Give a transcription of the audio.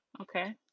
okay